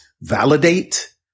validate